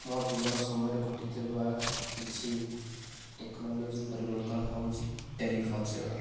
ମୋ ଜୀବନ ସମୟରେ ଘଟିଥିବା କିଛି ଟେକ୍ନୋଲୋଜି ପରିବର୍ତ୍ତନ ହେଉଛି ଟେଲିଫୋନ ସେବା